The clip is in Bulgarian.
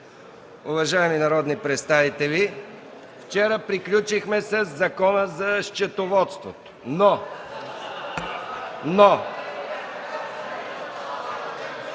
Уважаеми народни представители, вчера приключихме със Закона за счетоводството. (Смях,